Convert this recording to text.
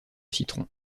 citron